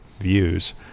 views